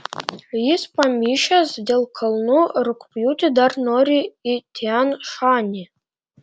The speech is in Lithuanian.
jis pamišęs dėl kalnų rugpjūtį dar nori į tian šanį